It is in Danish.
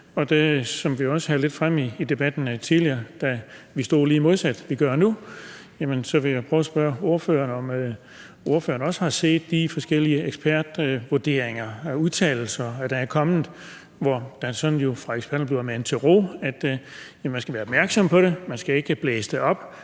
det, som vi også havde lidt fremme i debatten tidligere, da situationen var lige modsat, i forhold til hvordan vi står lige nu. Så jeg vil prøve at spørge ordføreren, om ordføreren også har set de forskellige ekspertvurderinger og udtalelser, der er kommet, hvor der jo fra eksperternes side bliver manet til ro, altså at man skal være opmærksom på det, men at man ikke skal blæse det op.